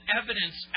evidence